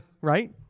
Right